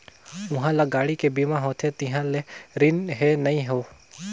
उहां ल गाड़ी के बीमा होथे तिहां ले रिन हें नई हों